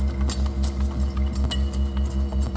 and the in